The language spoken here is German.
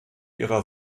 ihrer